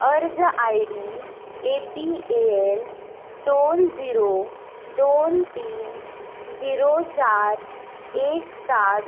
अर्ज I D A P L दोन zero दोन तीन झिरो चार एक सात